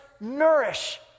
nourish